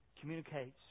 communicates